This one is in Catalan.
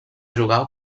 jugar